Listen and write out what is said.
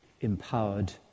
empowered